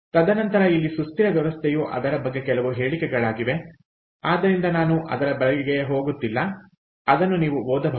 ತದನಂತರ ಇಲ್ಲಿ ಸುಸ್ಥಿರ ವ್ಯವಸ್ಥೆಯು ಅದರ ಬಗ್ಗೆ ಕೆಲವು ಹೇಳಿಕೆಗಳಾಗಿವೆ ಆದ್ದರಿಂದ ನಾನು ಅದರ ಬಳಿಗೆ ಹೋಗುತ್ತಿಲ್ಲ ಅದನ್ನು ನೀವು ಓದಬಹುದು